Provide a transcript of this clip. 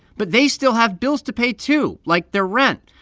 but they still have bills to pay, too, like their rent.